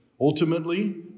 ultimately